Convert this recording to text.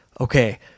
okay